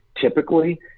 Typically